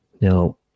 Now